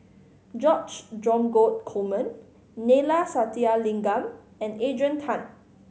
George Dromgold Coleman Neila Sathyalingam and Adrian Tan